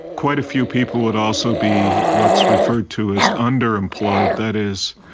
quite a few people would also be what's referred to as underemployed that is,